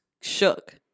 shook